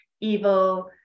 evil